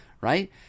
right